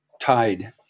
tide